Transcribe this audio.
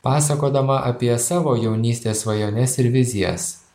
pasakodama apie savo jaunystės svajones ir vizijas